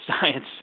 science